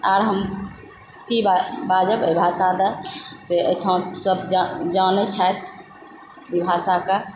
आओर हम की बाजब एहि भाषादऽ से एहिठाम सब जानय छथि ई भाषाकऽ